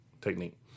technique